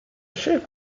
ship